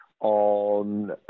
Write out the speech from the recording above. on